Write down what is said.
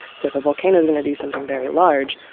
so if a volcano is going to do something very large,